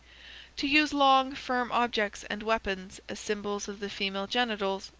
to use long, firm objects and weapons as symbols of the female genitals,